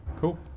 cool